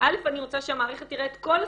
אני רוצה שהמערכת תראה את כל הסובייקטים.